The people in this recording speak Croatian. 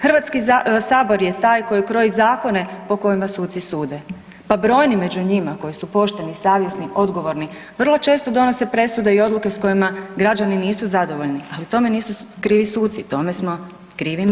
HS je taj koji kroji zakone po kojima sucima sude, pa brojni među njima koji su pošteni, savjesni i odgovorni, vrlo često donose presude i odluke s kojima građani nisu zadovoljni, ali tome nisu krivi suci, tome smo krivi mi.